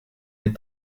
des